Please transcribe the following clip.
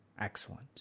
Excellent